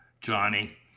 johnny